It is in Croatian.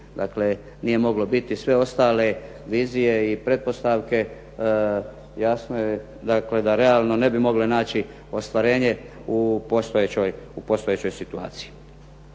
dakle nije moglo biti. Sve ostale vizije i pretpostavke jasno je dakle da realno ne bi mogle naći ostvarenje u postojećoj situaciji.